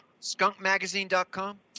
Skunkmagazine.com